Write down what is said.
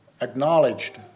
acknowledged